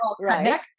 Right